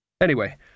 Anyway